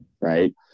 right